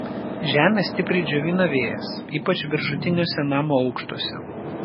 žemę stipriai džiovina vėjas ypač viršutiniuose namo aukštuose